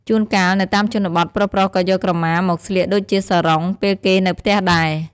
ជួនកាល នៅតាមជនបទ ប្រុសៗក៏យកក្រមាមកស្លៀកដូចជាសារ៉ុង ពេលគេនៅផ្ទះដែរ។